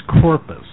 corpus